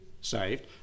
saved